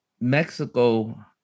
Mexico